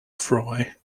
fry